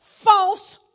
False